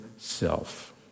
Self